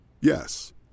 Yes